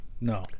No